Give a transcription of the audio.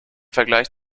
vergleich